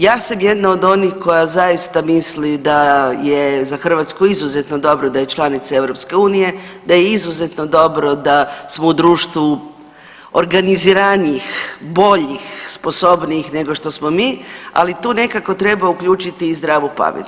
Ja sam jedna od onih koja zaista misli da je za Hrvatsku izuzetno dobro da je članica EU, da je izuzetno dobro da smo u društvu organiziranijih, boljih, sposobnijih nego što smo mi, ali tu nekako treba uključiti i zdravu pamet.